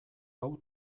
hau